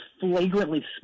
flagrantly